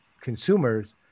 consumers